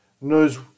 knows